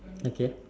okay